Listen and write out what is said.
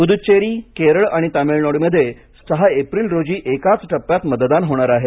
पुदुचेरी केरळ आणि तामिळनाडूमध्ये सहा एप्रिल रोजी एकाच टप्प्यात मतदान होणार आहे